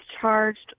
charged